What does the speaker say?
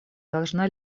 должна